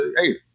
Hey